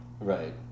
Right